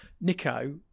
Nico